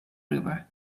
river